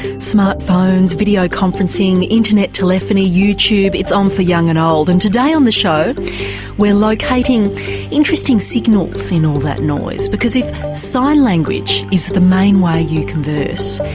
smartphones, video conferencing, internet telephony, youtube it's on for young and old. and today on the show we're locating interesting signals in all that noise, because if sign language is the main way you converse,